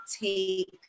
take